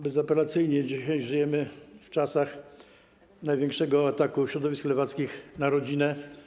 Bezapelacyjnie dzisiaj żyjemy w czasach największego ataku środowisk lewackich na rodzinę.